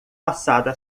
passada